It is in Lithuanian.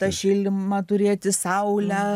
tą šildymą turėti saulę